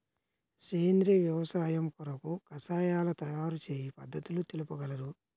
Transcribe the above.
సేంద్రియ వ్యవసాయము కొరకు కషాయాల తయారు చేయు పద్ధతులు తెలుపగలరు?